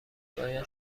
باید